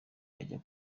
ajya